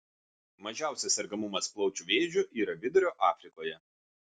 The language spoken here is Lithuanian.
mažiausias sergamumas plaučių vėžiu yra vidurio afrikoje